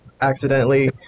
accidentally